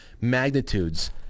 magnitudes